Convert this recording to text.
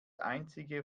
einzige